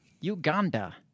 Uganda